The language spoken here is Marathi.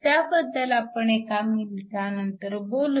त्याबद्दल आपण एका मिनिटानंतर बोलूच